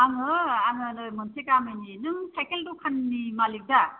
आङो आङो नै मोनसे गामिनि नों साइकेल दखाननि मालिक दा